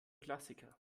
klassiker